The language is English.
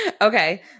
Okay